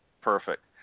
Perfect